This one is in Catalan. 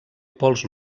pols